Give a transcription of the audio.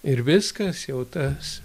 ir viskas jau tas